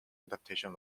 adaptation